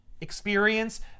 experience